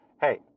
Hey